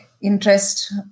interest